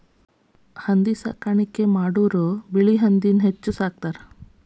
ಹಂದಿ ಸಾಕಾಣಿಕೆನ ಮಾಡುದು ಬಿಳಿ ಹಂದಿನ ಹೆಚ್ಚ ಸಾಕತಾರ